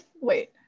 wait